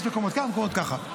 יש מקומות ככה, מקומות ככה.